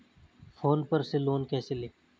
Phone पर से loan कैसे लें?